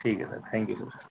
ٹھیک ہے sir thank you sir